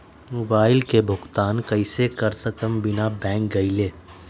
Mobile के भुगतान कईसे कर सकब बिना बैंक गईले?